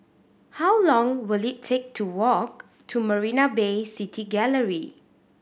how long will it take to walk to Marina Bay City Gallery